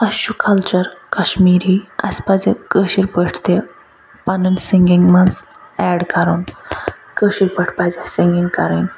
اَسہِ چھُ کلچر کشمیٖری اَسہِ پزِ کٲشٕر پٲٹھۍ تہِ پنٕنۍ سِنٛگِنٛگ منٛز اٮ۪ڈ کَرُن کٲشٕر پٲٹھۍ پَزِ اَسہِ سِنٛگِنٛگ کَرٕنۍ